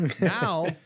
Now